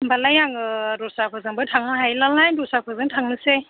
होनबालाय आङो दस्राफोरजोंबो थांनो हायोब्लालाय दस्राफोरजों थांनोसै